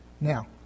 Now